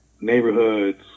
neighborhoods